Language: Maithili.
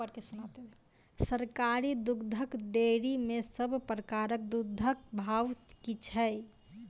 सरकारी दुग्धक डेयरी मे सब प्रकारक दूधक भाव की छै?